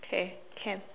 okay can